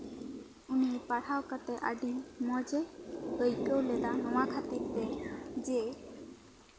ᱩᱱᱤ ᱯᱟᱲᱦᱟᱣ ᱠᱟᱛᱮᱜ ᱟᱹᱰᱤ ᱢᱚᱡᱮ ᱟᱹᱭᱠᱟᱹᱣ ᱞᱮᱫᱟ ᱱᱚᱣᱟ ᱠᱷᱟᱛᱤᱨᱛᱮ ᱡᱮ